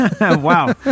wow